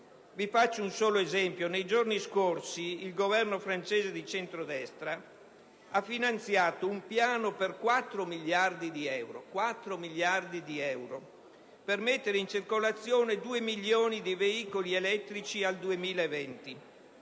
Faccio un solo esempio: nei giorni scorsi il Governo francese di centrodestra ha finanziato un piano, per 4 miliardi di euro, per mettere in circolazione 2 milioni di veicoli elettrici al 2020,